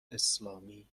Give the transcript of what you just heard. اسلامی